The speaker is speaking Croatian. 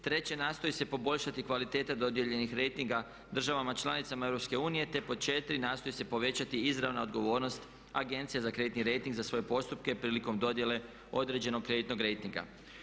Treće, nastoji se poboljšati kvaliteta dodijeljenih rejtinga državama članicama EU, te pod četiri nastoji se povećati izravna odgovornost Agencija za kreditni rejting za svoje postupke prilikom dodjele određenog kreditnog rejtinga.